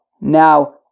Now